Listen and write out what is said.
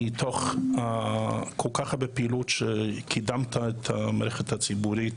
מתוך כל כך הרבה פעילות עת קידמת את המערכת הציבורית.